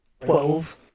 Twelve